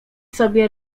sobie